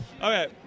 Okay